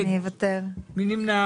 מי נמנע?